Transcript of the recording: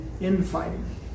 infighting